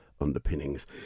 underpinnings